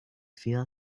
fear